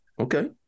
Okay